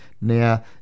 Now